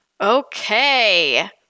Okay